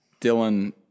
Dylan